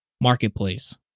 marketplace